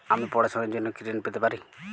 আমি পড়াশুনার জন্য কি ঋন পেতে পারি?